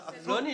אומנות וכן